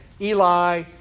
Eli